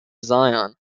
zion